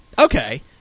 Okay